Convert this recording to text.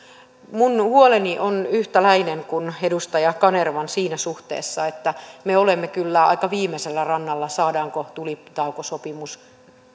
minun huoleni on yhtäläinen kuin edustaja kanervan siinä suhteessa että me olemme kyllä aika viimeisellä rannalla saadaanko tulitaukosopimus